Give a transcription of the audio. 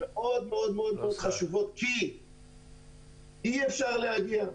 כי אי אפשר להגיע.